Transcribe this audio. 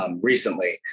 recently